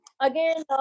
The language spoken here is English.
again